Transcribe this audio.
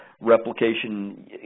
replication